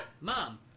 Mom